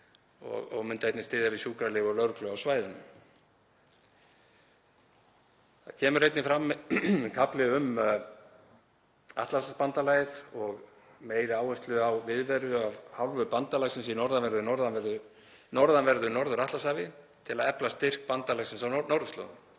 og myndi einnig styðja við sjúkralið og lögreglu á svæðinu. Það kemur einnig fram kafli um Atlantshafsbandalagið og meiri áherslu á viðveru af hálfu bandalagsins í norðanverðu Norður-Atlantshafi til að efla styrk bandalagsins á norðurslóðum.